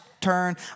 turn